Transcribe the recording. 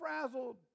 frazzled